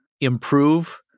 improve